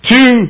Two